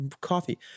coffee